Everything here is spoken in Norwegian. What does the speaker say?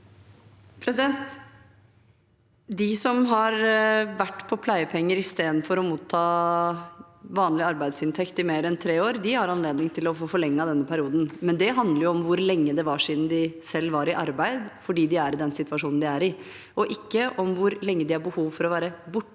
De som har vært på pleiepenger istedenfor å motta vanlig arbeidsinntekt i mer enn tre år, har anledning til å få forlenget denne perioden, men det handler jo om hvor lenge det var siden de selv var i arbeid, fordi de er i den situasjonen de er i, og ikke om hvor lenge de har behov for å være borte